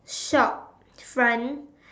shop's front